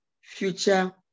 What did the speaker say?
future